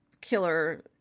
killer